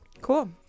Cool